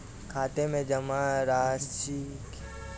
खाते में जमा राशि की अधिकतम सीमा क्या है?